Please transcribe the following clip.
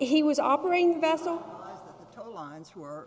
he was operating vessel bands were